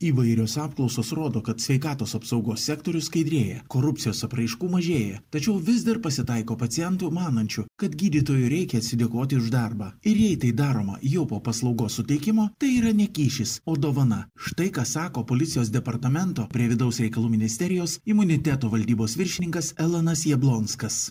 įvairios apklausos rodo kad sveikatos apsaugos sektorius skaidrėja korupcijos apraiškų mažėja tačiau vis dar pasitaiko pacientų manančių kad gydytojui reikia atsidėkoti už darbą ir jei tai daroma jau po paslaugos suteikimo tai yra ne kyšis o dovana štai ką sako policijos departamento prie vidaus reikalų ministerijos imuniteto valdybos viršininkas elonas jablonskas